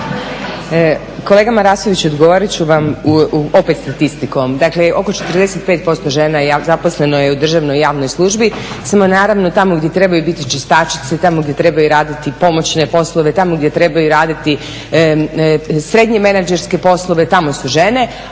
Kolega Marasoviću odgovoriti ću vam opet statistikom. Dakle, oko 45% žena zaposleno je u državnoj i javnoj službi samo naravno tamo gdje trebaju biti čistačice, tamo gdje trebaju raditi pomoćne poslove, tamo gdje trebaju raditi srednje menadžerske poslove tamo su žene,